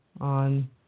on